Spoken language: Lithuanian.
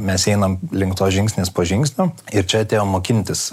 mes einam link to žingsnis po žingsnio ir čia atėjom mokintis